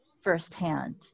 firsthand